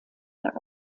der